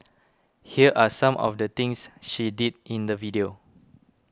here are some of the things she did in the video